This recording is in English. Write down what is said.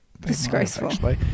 Disgraceful